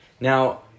Now